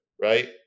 right